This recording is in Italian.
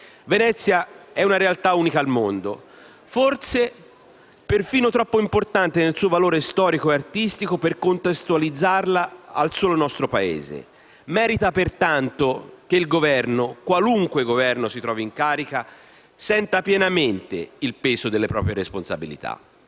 Venezia è una realtà unica al mondo, forse perfino troppo importante nel suo valore storico e artistico per contestualizzarla al solo nostro Paese; merita pertanto che il Governo, qualunque Governo si trovi in carica, senta pienamente il peso delle proprie responsabilità.